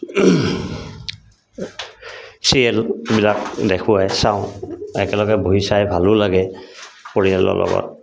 চিৰিয়েলবিলাক দেখুৱাই চাওঁ একেলগে বহি চাই ভালো লাগে পৰিয়ালৰ লগত